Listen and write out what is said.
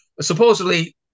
Supposedly